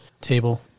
table